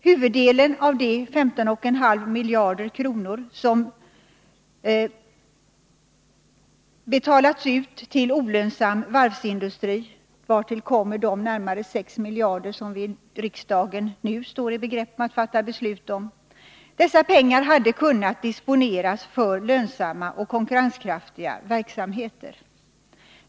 Huvuddelen av de 15,5 miljarder kronor som betalats ut till olönsam varvsindustri, vartill kommer de närmare 6 miljarder som riksdagen nu står i begrepp att fatta beslut om, hade då kunnat disponeras för lönsamma och konkurrenskraftiga verksamheter.